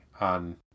on